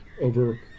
over